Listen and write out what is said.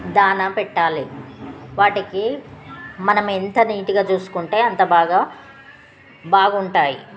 దాణా పెట్టాలి వాటికి మనం ఎంత నీట్గా చూసుకుంటే అంత బాగా బాగుంటాయి